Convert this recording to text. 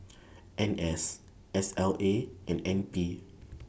N S S L A and N P